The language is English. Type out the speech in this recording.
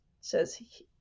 says